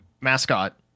mascot